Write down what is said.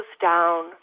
down